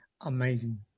Amazing